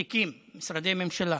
תיקים, משרדי ממשלה.